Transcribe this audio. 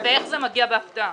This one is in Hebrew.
ואיך זה מגיע בהפתעה?